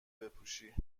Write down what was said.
بپوشی